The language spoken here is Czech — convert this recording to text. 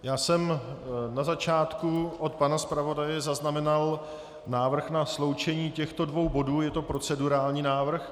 Já jsem na začátku od pana zpravodaje zaznamenal návrh na sloučení těchto dvou bodů, je to procedurální návrh.